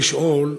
אנשים שעברו ברחוב,